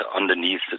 underneath